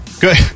Good